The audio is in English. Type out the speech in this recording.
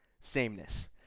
sameness